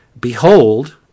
Behold